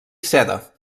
seda